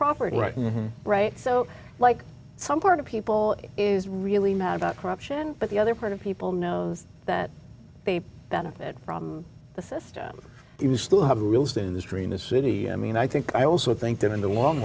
now right so like some part of people is really mad about corruption but the other part of people knows that they benefit from the system you still have a real estate industry in this city i mean i think i also think that in the long